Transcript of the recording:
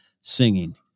singing